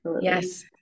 Yes